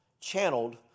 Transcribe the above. channeled